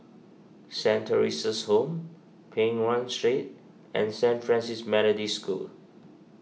Saint theresa's Home Peng Nguan Street and Saint Francis Methodist School